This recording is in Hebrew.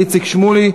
איציק שמולי,